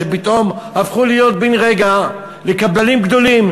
שפתאום הפכו להיות בן-רגע לקבלנים גדולים.